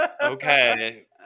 Okay